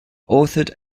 authored